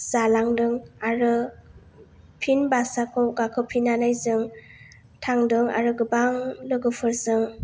जालांदों आरो फिन बास आखौ गाखोफिननानै जों थांदों आरो गोबां लोगोफोरजों